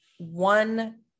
One